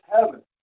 heaven